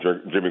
Jimmy